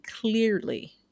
clearly